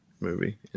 movie